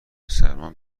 سلمان